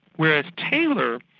whereas taylor,